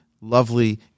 lovely